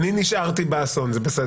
אני נשארתי באסון, זה בסדר.